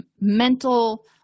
mental